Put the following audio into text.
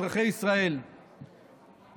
אזרחי ישראל,